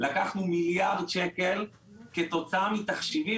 לקחנו מיליארד שקל כתוצאה מתחשיבים